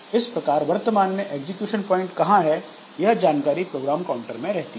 इस प्रकार वर्तमान में एग्जीक्यूशन पॉइंट कहां है यह जानकारी प्रोग्राम काउंटर में रहती है